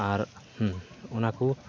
ᱟᱨ ᱚᱱᱟᱠᱚ